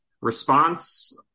response